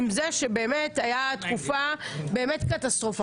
עם זה שבאמת היה תקופה באמת קטסטרופה.